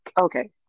Okay